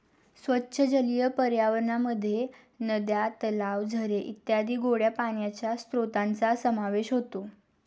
स्वच्छ जलीय पर्यावरणामध्ये नद्या, तलाव, झरे इत्यादी गोड्या पाण्याच्या स्त्रोतांचा समावेश होतो